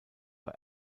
bei